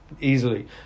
easily